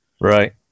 Right